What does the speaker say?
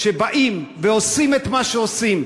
כשבאים ועושים את מה שעושים,